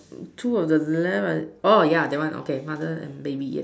two on the left oh ya that one okay mother and baby yes